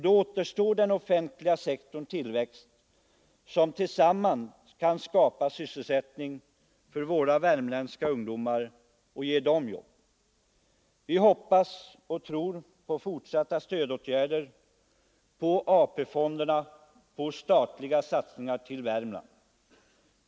Då återstår den offentliga sektorns tillväxt, som kan skapa sysselsättning för våra värmländska ungdomar och ge dem jobb. Vi hoppas och tror på fortsatta stödåtgärder, på AP-fonderna och på statliga satsningar i Värmland av typ NJA i Norrbottens län.